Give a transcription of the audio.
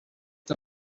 the